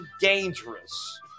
dangerous